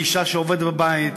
לאישה שעובדת בבית,